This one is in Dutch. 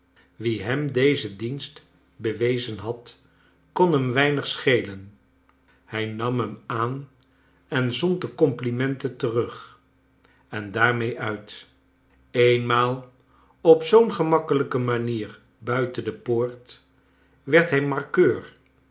wie hem dezen dienst bewezen had kon hem weinig schelen hij nam hem aan en zond de complimenten terug en daarmee uit eenmaal op zoo'n gemakkelijke manier buiten de poort werd hij markeur